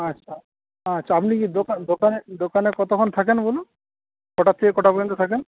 আচ্ছা আচ্ছা আপনি কি দোকানে দোকানের দোকানে কতক্ষণ থাকেন বলুন কটার থেকে কটা পর্যন্ত থাকেন